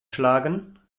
schlagen